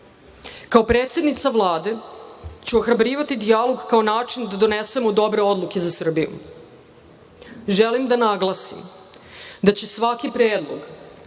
Kao predsednica Vlade ću ohrabrivati dijalog kao način da donesemo dobre odluke za Srbiju. Želim da naglasim da će svaki predlog,